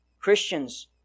Christians